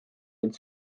end